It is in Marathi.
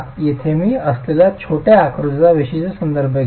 येथे मी तिथे असलेल्या छोट्या आकृतीचा विशिष्ट संदर्भ घेते